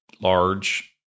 large